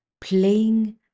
playing